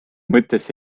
mõttes